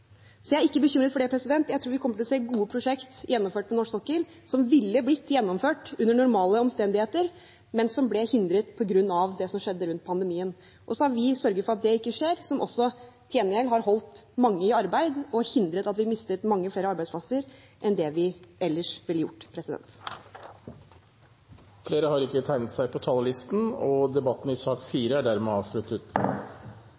Så jeg er ikke bekymret for det. Jeg tror vi kommer til å se gode prosjekt gjennomført på norsk sokkel, som ville blitt gjennomført under normale omstendigheter, men som ble hindret på grunn av det som skjedde rundt pandemien. Så har vi sørget for at det ikke skjer, noe som også til gjengjeld har holdt mange i arbeid og hindret at vi mistet mange flere arbeidsplasser enn det vi ellers ville gjort.